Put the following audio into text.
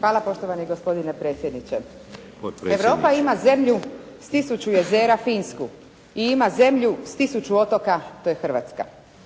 Hvala poštovani gospodine predsjedniče. Europa ima zemlju s tisuću jezera, Finsku i ima zemlju s tisuću otoka, to je Hrvatska.